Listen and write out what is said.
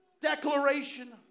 Declaration